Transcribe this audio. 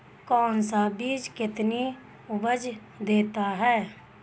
कौन सा बीज कितनी उपज देता है?